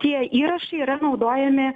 tie įrašai yra naudojami